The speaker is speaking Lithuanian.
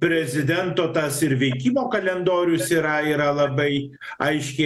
prezidento tas ir veikimo kalendorius yra yra labai aiškiai